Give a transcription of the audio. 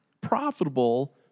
profitable